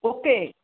okay